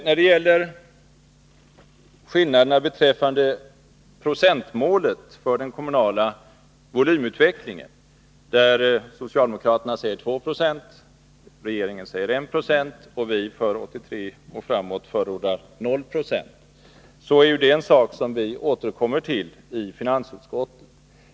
När det gäller procentmålet för den kommunala volymutvecklingen — där socialdemokraterna föreslår 2 20, regeringen föreslår 1 20 och vi för 1983 och framåt förordar 0 96 — återkommer vi i finansutskottet till dessa skillnader.